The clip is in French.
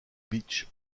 beach